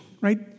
right